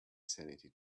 sanity